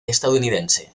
estadounidense